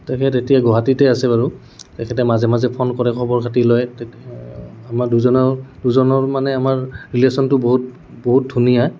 তেখেত এতিয়া গুৱাহাটীতে আছে বাৰু তেখেতে মাজে মাজে ফোন কৰে খবৰ খাটি লয় আমাৰ দুজনৰ দুজনৰ মানে আমাৰ ৰিলেশ্যনটো বহুত বহুত ধুনীয়া